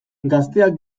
gazteak